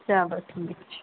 چلو ٹھیٖک چھُ